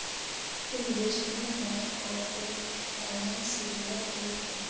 investment bank corporate finance से जुड़ल होवऽ हइ